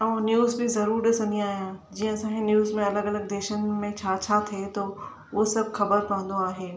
ऐं न्यूज़ बि ज़रूरु ॾिसंदी आहियां जीअं न्यूज़ में अलॻि अलॻि देशनि में छा छा थिए थो उहो सभु ख़बरु पवंदो आहे